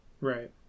right